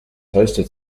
hosted